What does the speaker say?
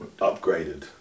upgraded